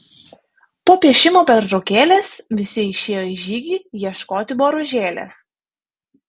po piešimo pertraukėlės visi išėjo į žygį ieškoti boružėlės